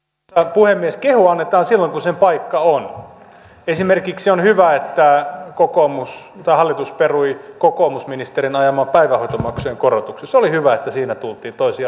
puhemies kehua annetaan silloin kun sen paikka on esimerkiksi on hyvä että hallitus perui kokoomusministerin ajaman päivähoitomaksujen korotuksen se oli hyvä että siinä tultiin toisiin